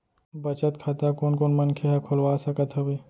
बचत खाता कोन कोन मनखे ह खोलवा सकत हवे?